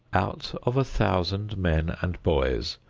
out of a thousand men and boys,